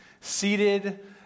seated